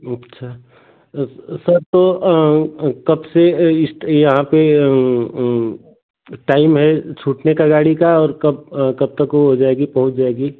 अच्छा सर तो कब से यहाँ पर टाइम है छूटने का गाड़ी का और कब कब तक वह हो जाएगी पहुँच जाएगी